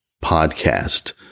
podcast